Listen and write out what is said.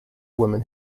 woman